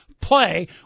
play